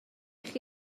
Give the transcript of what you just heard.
chi